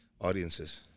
audiences